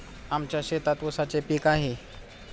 आमच्या शेतात ऊसाचे पीक आहे